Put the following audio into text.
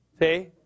See